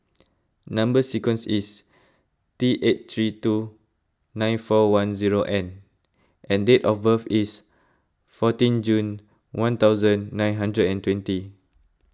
Number Sequence is T eight three two nine four one zero N and date of birth is fourteen June one thousand nine hundred and twenty